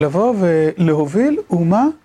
לבוא ולהוביל אומה